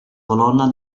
colonna